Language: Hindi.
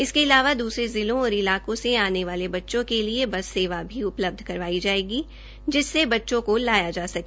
इसके अलावा दूसरे जिलों और इलाकों से आने वाले बच्चों के लिए बस सेवा भी उपलब्ध करवाई जाएगी जिसमें बच्चों को लाया जा सके